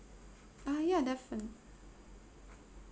ah ya definitely